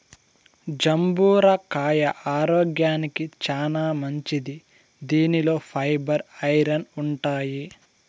జంబూర కాయ ఆరోగ్యానికి చానా మంచిది దీనిలో ఫైబర్, ఐరన్ ఉంటాయి